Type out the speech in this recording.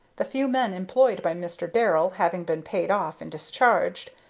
the few men employed by mr. darrell having been paid off and discharged,